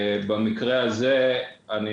למעשה, אם